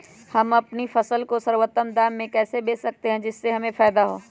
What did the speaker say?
हम अपनी फसल को सर्वोत्तम दाम में कैसे बेच सकते हैं जिससे हमें फायदा हो?